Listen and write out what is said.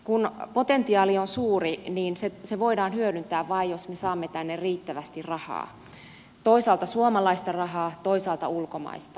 kun potentiaali on suuri niin se voidaan hyödyntää vain jos me saamme tänne riittävästi rahaa toisaalta suomalaista rahaa toisaalta ulkomaista